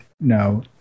no